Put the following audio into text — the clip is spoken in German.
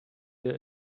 der